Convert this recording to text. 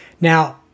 Now